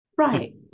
Right